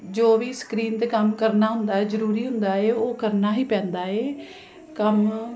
ਜੋ ਵੀ ਸਕਰੀਨ 'ਤੇ ਕੰਮ ਕਰਨਾ ਹੁੰਦਾ ਜ਼ਰੂਰੀ ਹੁੰਦਾ ਹੈ ਉਹ ਕਰਨਾ ਹੀ ਪੈਂਦਾ ਹੈ ਕੰਮ